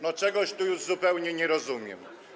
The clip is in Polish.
No czegoś tu już zupełnie nie rozumiem.